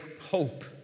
hope